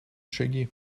шаги